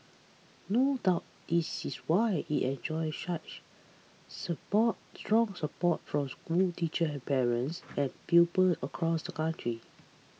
no doubt this is why it enjoys such support strong support from schools teachers and parents and pupils across the country